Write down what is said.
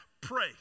pray